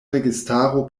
registaro